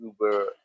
Uber